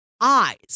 eyes